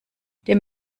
dem